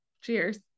Cheers